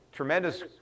tremendous